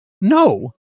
no